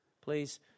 please